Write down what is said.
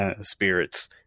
spirits